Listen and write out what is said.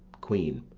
queen.